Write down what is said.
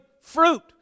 fruit